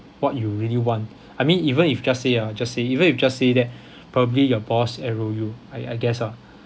what you really want I mean even if just say ah just say even if just say that probably your boss enroll you I I guess lah